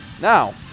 Now